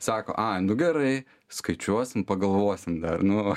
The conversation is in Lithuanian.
sako ai nu gerai skaičiuosim pagalvosim nu